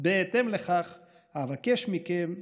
בהתאם לכך אבקש מכם,